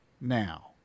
now